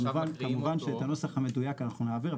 כמובן שאת הנוסח המדויק אנחנו נעביר,